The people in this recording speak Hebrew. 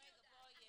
אני יודעת,